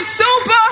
super